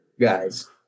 guys